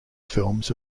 films